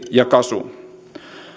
ja gasum